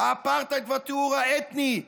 האפרטהייד והטיהור האתני.